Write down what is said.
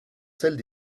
celles